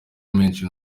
menshi